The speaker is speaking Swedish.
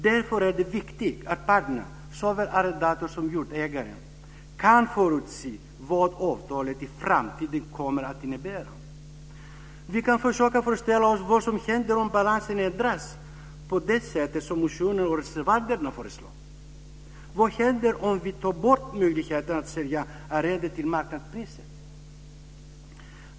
Därför är det viktigt att parterna, såväl arrendatorn som jordägaren, kan förutse vad avtalet i framtiden kommer att innebära. Vi kan försöka föreställa oss vad som händer om balansen ändras på det sätt som motionären och reservanterna föreslår. Vad händer om vi tar bort möjligheten att sälja arrendet till ett marknadspris?